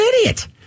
idiot